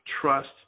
trust